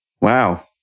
Wow